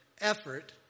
effort